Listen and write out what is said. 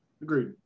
Agreed